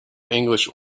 english